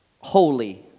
holy